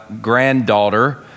granddaughter